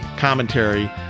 commentary